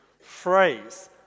phrase